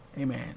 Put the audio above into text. Amen